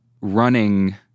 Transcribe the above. running